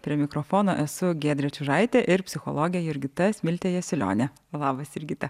prie mikrofono esu giedrė čiužaitė ir psichologė jurgita smiltė jasiulionė labas jurgita